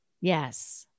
Yes